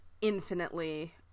infinitely